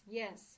yes